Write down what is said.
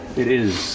it is.